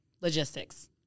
logistics